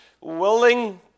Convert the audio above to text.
willing